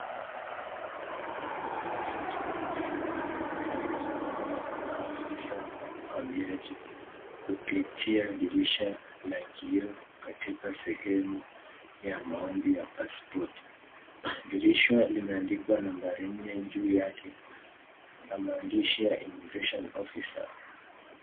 Mwanamume aliyevaa suti na kofia anazungumza na afisa wa uhamiaji kupitia dirisha la kioo katika sehemu ya maombi ya pasipoti. Dirisha limeandikwa nambari nne juu yake na maandishi ya Immigration Officer .